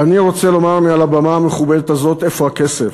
ואני רוצה לומר מעל הבמה המכובדת הזאת איפה הכסף.